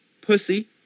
pussy